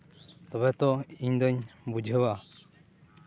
ᱛᱚᱵᱮ ᱛᱚ ᱤᱧᱫᱚᱹᱧ ᱵᱩᱡᱷᱟᱹᱣᱟ